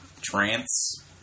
Trance